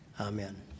Amen